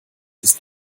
ist